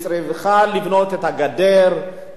היא צריכה לבנות את הגדר,